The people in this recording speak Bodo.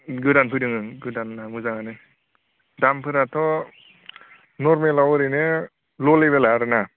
गोदान फैदों ओं गोदाना मोजाङानो दामफोराथ' नरमेलाव ओरैनो ल' लेभेलआ आरोना